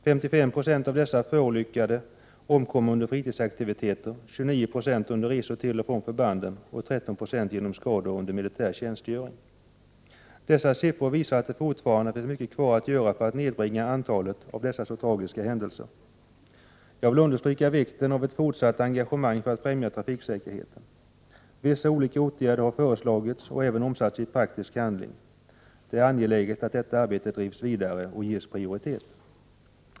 55 2 av de förolyckade omkom under fritidsaktiviteter, 29 920 under resor till och från förbanden och 13 26 genom skador under militär tjänstgöring. Dessa siffror visar att det fortfarande finns mycket kvar att göra för att nedbringa antalet av dessa så tragiska händelser. Jag vill understryka vikten av ett fortsatt engagemang för att främja trafiksäkerheten. Vissa åtgärder har föreslagits och även omsatts i praktisk handling. Det är angeläget att detta arbete drivs vidare och ges prioritet.